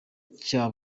cya